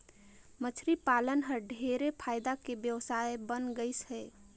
मछरी पालन हर ढेरे फायदा के बेवसाय बन गइस हे